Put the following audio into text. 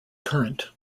current